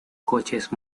coches